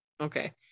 Okay